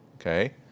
Okay